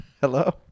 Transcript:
hello